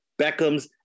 beckhams